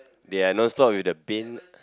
they are non-stop with the Bin